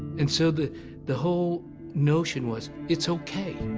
and so, the the whole notion was, it's okay.